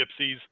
gypsies